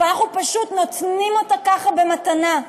ואנחנו פשוט נותנים אותה ככה במתנה.